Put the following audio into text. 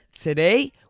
today